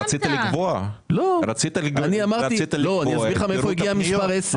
רצית לקבוע את פירוט הפניות.